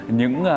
những